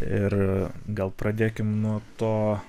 ir gal pradėkim nuo to